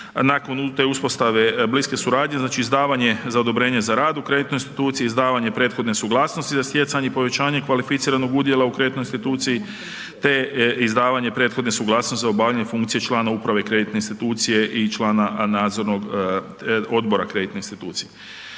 nakon nulte uspostave bliske suradnje, znači izdavanje za odobrenje za rad u kreditnoj instituciji, izdavanje prethodne suglasnosti za stjecanje i povećanje kvalificiranog udjela u kreditnoj instituciji, te izdavanje prethodne suglasnosti za obavljanje funkcije člana uprave kreditne institucije i člana nadzornog odbora kreditne institucije.